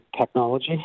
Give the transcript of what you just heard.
technology